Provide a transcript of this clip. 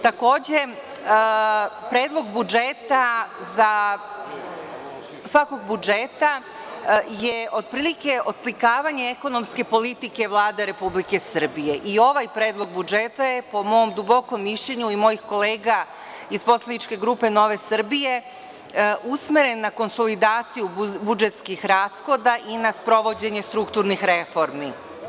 Takođe, predlog budžeta, svakog budžeta je otprilike odslikavanje ekonomske politike Vlade RS i ovaj predlog budžeta je po mom dubokom mišljenju i mojih kolega iz poslaničke grupe NS usmeren na konsolidaciji budžetskih rashoda i sprovođenje strukturnih reformi.